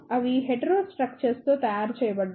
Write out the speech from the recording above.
అవి heterostructure తో తయారు చేయబడ్డాయి